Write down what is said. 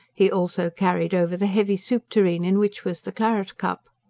he also carried over the heavy soup-tureen in which was the claret-cup.